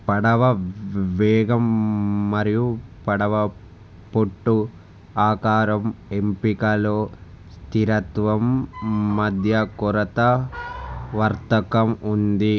పడవ వేగం మరియు పడవ పొట్టు ఆకారం ఎంపికలో స్థిరత్వం మధ్య కొరత వర్తకం ఉంది